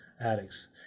Addicts